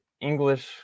English